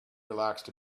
relaxed